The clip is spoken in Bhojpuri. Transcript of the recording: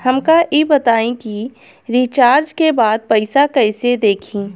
हमका ई बताई कि रिचार्ज के बाद पइसा कईसे देखी?